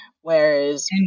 Whereas